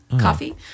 Coffee